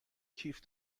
کیف